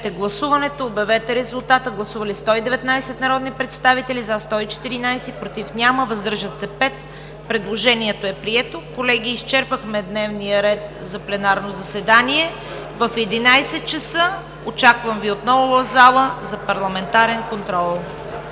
съвет.“ Моля, гласувайте. Гласували 119 народни представители: за 114, против няма, въздържали се 5. Предложението е прието. Колеги, изчерпахме дневния ред за пленарно заседание. В 11,00 часа Ви очаквам отново в залата за парламентарен контрол.